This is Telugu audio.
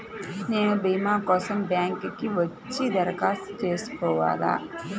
నేను భీమా కోసం బ్యాంక్కి వచ్చి దరఖాస్తు చేసుకోవాలా?